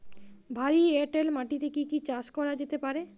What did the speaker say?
ভারী এঁটেল মাটিতে কি কি চাষ করা যেতে পারে?